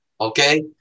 Okay